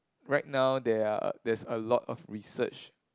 right now there are there's a lot of research